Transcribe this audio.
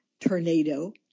tornado